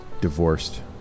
Divorced